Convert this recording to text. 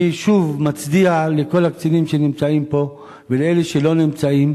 אני שוב מצדיע לכל הקצינים שנמצאים פה ולאלה שלא נמצאים,